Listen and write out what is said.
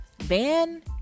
Van